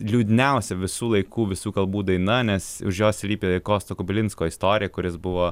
liūdniausia visų laikų visų kalbų daina nes už jos slypi kosto kubilinsko istorija kur jis buvo